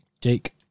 Jake